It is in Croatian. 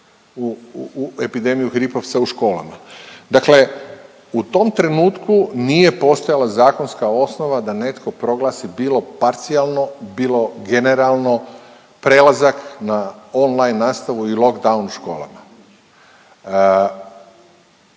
epidemiju hripavca u školama. Dakle u tom trenutku nije postojala zakonska osnova da netko proglasi bilo parcijalno, bilo generalno prelazak na online nastavu i lock down u školama.